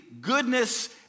goodness